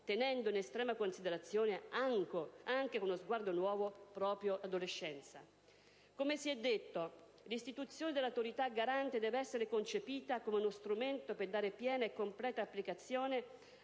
tenendo in estrema considerazione, anche con uno sguardo nuovo, proprio l'adolescenza. Come si è detto, l'istituzione dell'Autorità garante deve essere concepita come uno strumento per dare piena e completa applicazione